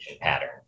pattern